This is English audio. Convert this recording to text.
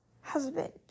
husband